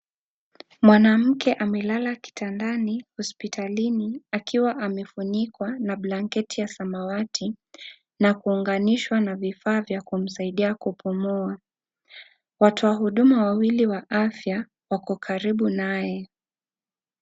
Mwanamke amelala kitandani hospitalini. Akiwa amefunikwa na blanket ya samawati, na kuunganisha na vifaa vya kumsaidia kupumua. Watoa huduma wawili wa afya wako kukaribu naye.